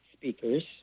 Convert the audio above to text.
Speakers